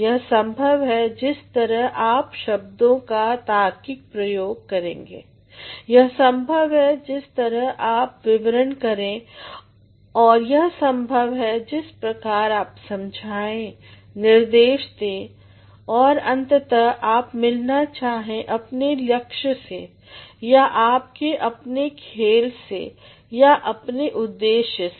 यह संभव है जिस तरह आप शब्दों का तार्किक प्रयोग करेंगे यह संभव है जिस तरह आप विवरण करें यह संभव है जिस प्रकार आप समझाएं निर्देश दें और अंततः आप मिलना चाहें अपने लक्ष्य से या आपके अपने खेल से या अपने उद्देश्य से